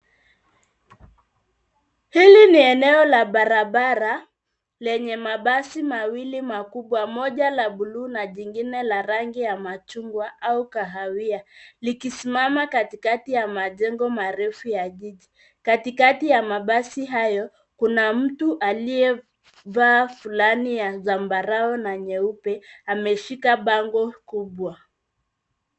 Hili ni eneo la barabara lenye mabasi mawili makubwa, moja la buluu na jingine la rangi ya machungwa au kahawia likisimama katikati ya majengo marefu ya jiji. Katikati ya mabasi hayo kuna mtu aliyevaa fulani ya zambarau na nyeupe ameshika bango kubwa.